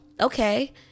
okay